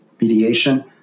mediation